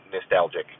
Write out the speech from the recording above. nostalgic